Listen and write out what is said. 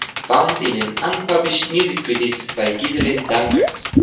found in an unpublished music treatises by ghiselin danckerts,